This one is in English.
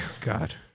God